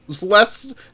less